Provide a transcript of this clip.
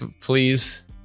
please